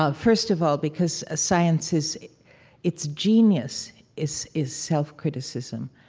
ah first of all, because ah science is its genius is is self-criticism.